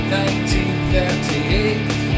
1938